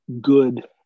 good